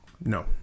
No